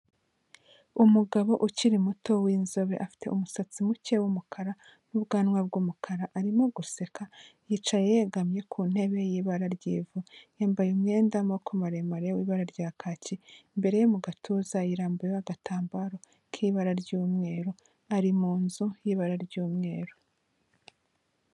Umugabo ukiri muto w'inzobe afite umusatsi muke w'umukara n'ubwanwa bw'umukara arimo guseka, yicaye yegamye ku ntebe y'ibara ry'ivu. Yambaye umwenda w'amaboko maremare w'ibara rya kaki, imbere ye mu gatuza yirambuyeho agatambaro k'ibara ry'umweru, ari mu nzu y'ibara ry'umweru.